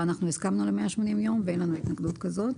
הסכמנו ל-180 ימים ואין לנו התנגדות לכך.